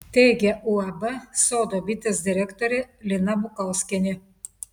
teigia uab sodo bitės direktorė lina bukauskienė